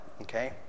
Okay